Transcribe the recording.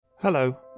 Hello